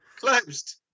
closed